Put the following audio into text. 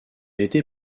été